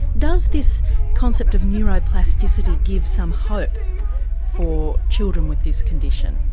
does this concept of neuroplasticity give some hope for children with this condition?